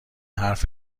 حرف